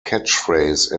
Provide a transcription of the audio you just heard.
catchphrase